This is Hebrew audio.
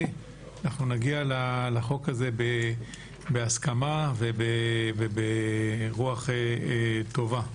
אנחנו נגיע לחוק הזה בהסכמה וברוח טובה.